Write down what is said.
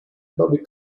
bobby